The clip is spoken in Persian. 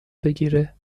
بگیره